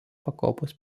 pakopos